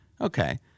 okay